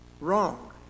wrong